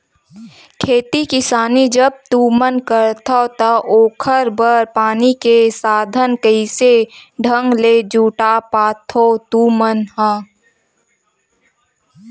खेती किसानी जब तुमन करथव त ओखर बर पानी के साधन कइसे ढंग ले जुटा पाथो तुमन ह?